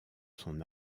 son